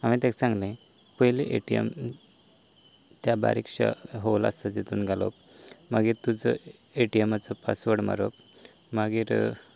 हावें ताका सांगलें पयली ए टी एम त्या बारीकश्या होल आसा तातूंत घालप मागीर तुजो ए टी एमाचो पासवर्ड मारप मागीर